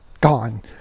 gone